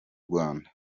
rwanda